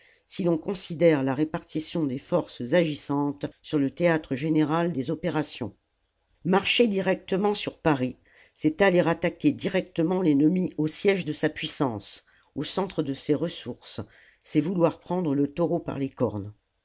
si l'on considère la répartition des forces agissantes sur le théâtre général des occupations marcher directement sur paris c'est aller attaquer directement l'ennemi au siège de sa puissance au centre de ses ressources c'est vouloir prendre le taureau par les cornes